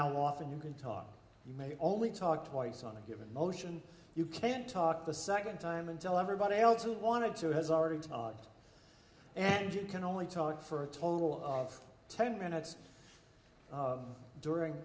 how often you could talk you may only talk twice on a given motion you can't talk the second time until everybody else who wanted to has already and you can only talk for a total of ten minutes during